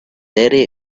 very